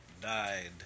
died